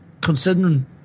considering